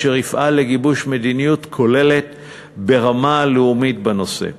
אשר יפעל לגיבוש מדיניות כוללת ברמה לאומית בנושא,